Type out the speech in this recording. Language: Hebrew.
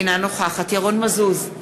אינה נוכחת ירון מזוז,